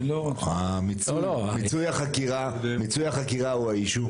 מיצוי החקירה הוא האישיו,